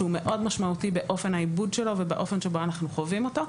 שהוא מאוד משמעותי באופן העיבוד שלו ובאופן שבו אנחנו חווים אותו,